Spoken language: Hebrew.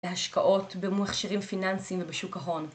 להשקעות במכשירים פיננסיים ובשוק ההון